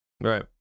Right